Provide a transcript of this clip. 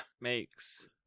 Makes